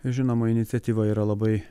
žinoma iniciatyva yra labai